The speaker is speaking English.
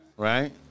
Right